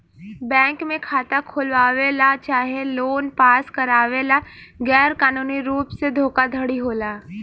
bank में खाता खोलवावे ला चाहे लोन पास करावे ला गैर कानूनी रुप से धोखाधड़ी होला